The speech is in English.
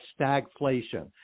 stagflation